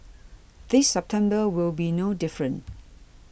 this September will be no different